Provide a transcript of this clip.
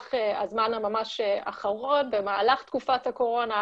במהלך הזמן ממש האחרון במהלך תקופת הקורונה.